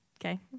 okay